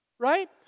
Right